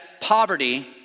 poverty